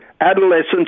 adolescents